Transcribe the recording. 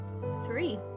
Three